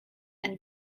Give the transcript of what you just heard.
and